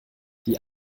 die